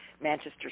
Manchester